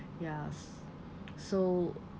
ya s~ so